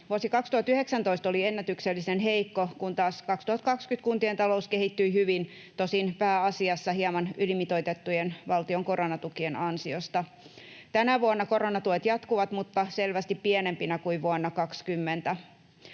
Vuosi 2019 oli ennätyksellisen heikko, kun taas 2020 kuntien talous kehittyi hyvin, tosin pääasiassa hieman ylimitoitettujen valtion koronatukien ansiosta. Tänä vuonna koronatuet jatkuvat mutta selvästi pienempinä kuin vuonna 20.